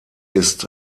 ist